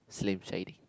Slim Shady